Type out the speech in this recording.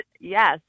yes